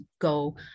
go